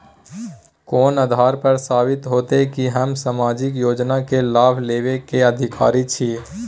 कोन आधार पर साबित हेते की हम सामाजिक योजना के लाभ लेबे के अधिकारी छिये?